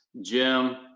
Jim